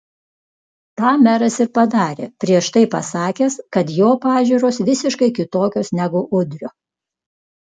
tą meras ir padarė prieš tai pasakęs kad jo pažiūros visiškai kitokios negu udrio